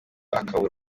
akabura